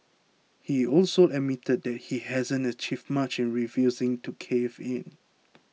he also admitted that he hasn't achieved much in refusing to cave in